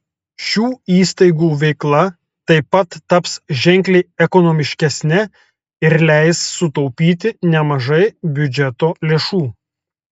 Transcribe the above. šių įstaigų veikla taip pat taps ženkliai ekonomiškesne ir leis sutaupyti nemažai biudžeto lėšų